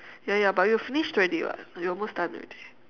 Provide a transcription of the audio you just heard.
ya ya but we finished already what it's almost done already